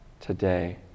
today